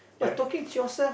but